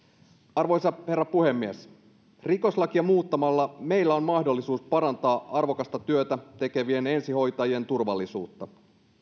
arvoisa herra puhemies rikoslakia muuttamalla meillä on mahdollisuus parantaa arvokasta työtä tekevien ensihoitajien turvallisuutta